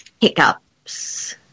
hiccups